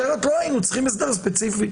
אחרת לא היו צריכים הסדר ספציפי.